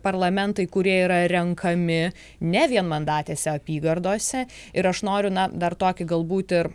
parlamentai kurie yra renkami ne vienmandatėse apygardose ir aš noriu na dar tokį galbūt ir